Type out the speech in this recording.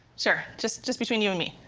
sure, just just between you and me,